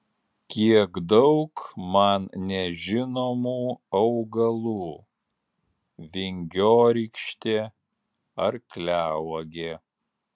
kiek daug man nežinomų augalų vingiorykštė arkliauogė